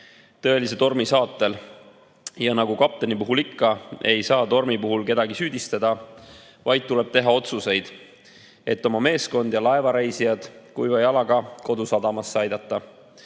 tõelise tormi saatel. Nagu kapteni puhul ikka, ei saa tormi tekkimises kedagi süüdistada, vaid tuleb teha otsuseid, et oma meeskond ja laevareisijad kuiva jalaga kodusadamasse aidata.